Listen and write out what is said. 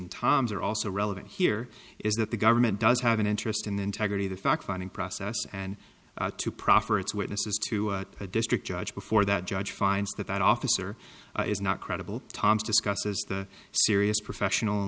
in tom's are also relevant here is that the government does have an interest in the integrity of the fact finding process and to proffer its witnesses to a district judge before that judge finds that that officer is not credible thomas discusses the serious professional